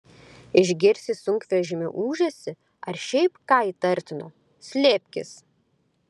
išgirsi sunkvežimio ūžesį ar šiaip ką įtartino slėpkis